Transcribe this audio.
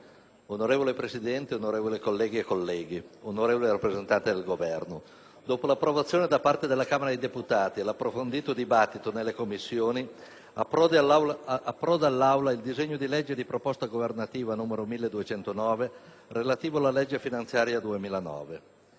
Signor Presidente, onorevole rappresentante del Governo, onorevoli colleghi e colleghe, dopo l'approvazione da parte della Camera dei deputati e l'approfondito dibattito nelle Commissioni, approda all'Aula il disegno di legge di proposta governativa n. 1209 relativo alla legge finanziaria 2009.